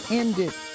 ended